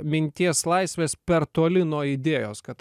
minties laisvės per toli nuo idėjos kad